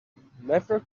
never